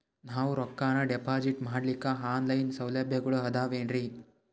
ನಾವು ರೊಕ್ಕನಾ ಡಿಪಾಜಿಟ್ ಮಾಡ್ಲಿಕ್ಕ ಆನ್ ಲೈನ್ ಸೌಲಭ್ಯಗಳು ಆದಾವೇನ್ರಿ?